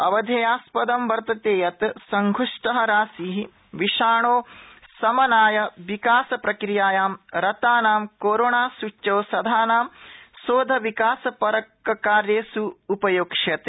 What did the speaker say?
अवधेयास्पदं वर्तते यत् संधृष्ट राशि विषाणो शमनाय विकास प्रक्रियायां रतानां कोरोणा सूच्यौषधानां शोध विकास परक कार्येष् उपयोक्ष्यते